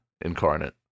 incarnate